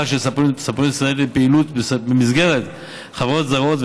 של סַפָּנוּת ישראלית לפעילות במסגרת חברות זרות,